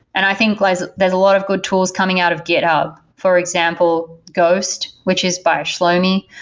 and i think like there's a lot of good tools coming out of github, for example, ghost, which is by shlomi.